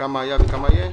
כמה היה וכמה יהיה?